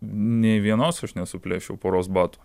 nei vienos aš nesuplėšiau poros batų